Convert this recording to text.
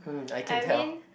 I mean